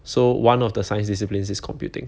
so one of the science disciplines is computing